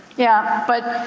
yeah. but